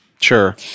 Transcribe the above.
Sure